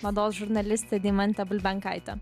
mados žurnalistė deimantė bulbenkaitė